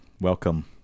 Welcome